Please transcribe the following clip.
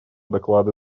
доклады